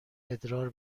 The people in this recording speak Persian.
ادرار